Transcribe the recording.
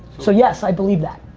so yes, i believe that.